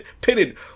pitted